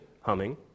humming